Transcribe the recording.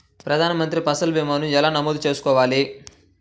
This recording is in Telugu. ప్రధాన మంత్రి పసల్ భీమాను ఎలా నమోదు చేసుకోవాలి?